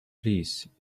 please